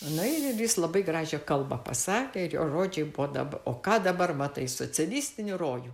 nu ir ir jis labai gražią kalbą pasakė ir jo žodžiai buvo o ką dabar matai socialistinį rojų